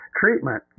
treatment